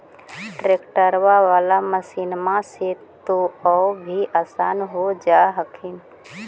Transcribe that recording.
ट्रैक्टरबा बाला मसिन्मा से तो औ भी आसन हो जा हखिन?